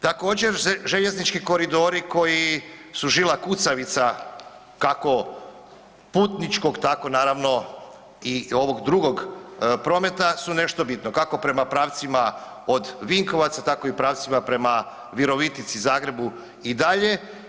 Također željeznički koridori koji su žila kucavica kako putničkog tako naravno i ovog drugog prometa su nešto bitno, kako prema pravcima od Vinkovaca, tako i pravcima prema Virovitici, Zagrebu i dalje.